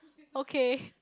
okay